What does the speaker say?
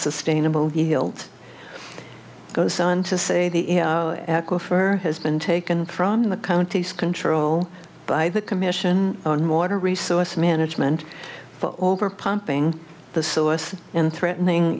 sustainable healt goes on to say the aquifer has been taken from the counties control by the commission on water resource management over pumping the source and threatening